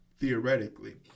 theoretically